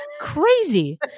crazy